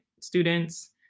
students